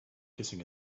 kissing